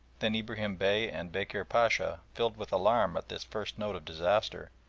then ibrahim bey and bekir pacha, filled with alarm at this first note of disaster,